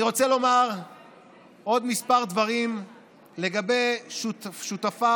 אני רוצה לומר עוד כמה דברים לגבי שותפה